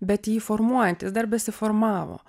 bet jį formuojantys dar besiformavo